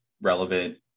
relevant